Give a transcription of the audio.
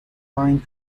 pine